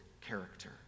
character